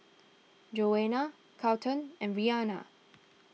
Joana Charlton and Rianna